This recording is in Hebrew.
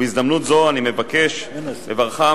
בהזדמנות זו אני מבקש לברכם